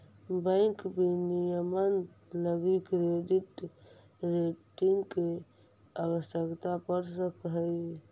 bank विनियमन लगी credit rating के आवश्यकता पड़ सकऽ हइ